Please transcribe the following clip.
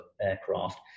aircraft